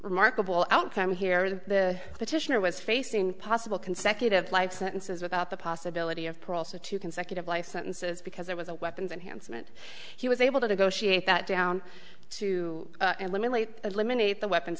remarkable outcome here the petitioner was facing possible consecutive life sentences without the possibility of parole so two consecutive life sentences because there was a weapons and handsome and he was able to negotiate that down to eliminate eliminate the weapons